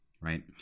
right